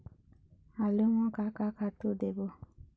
आलू म का का खातू देबो?